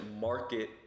market